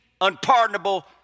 unpardonable